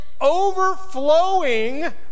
overflowing